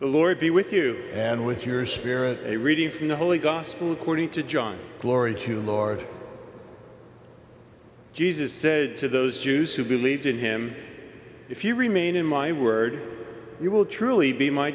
the lord be with you and with your spirit a reading from the holy gospel according to john glory to the lord jesus said to those jews who believed in him if you remain in my word you will truly be my